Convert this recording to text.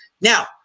Now